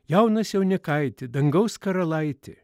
jaunas jaunikaiti dangaus karalaiti